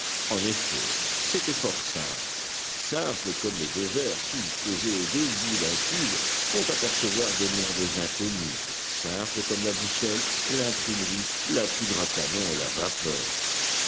en effet c'était fort simple simple comme les deux verres qui posés aux deux bouts d'un tube font apercevoir des mondes inconnus simple comme la boussole l'imprimerie la poudre à canon et la vapeur